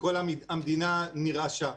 וכל המדינה נרעשה.